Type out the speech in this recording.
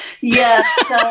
Yes